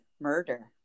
murder